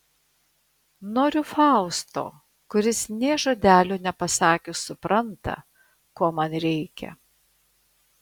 noriu fausto kuris nė žodelio nepasakius supranta ko man reikia